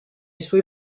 suoi